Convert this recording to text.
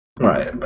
Right